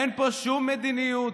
אין פה שום מדיניות,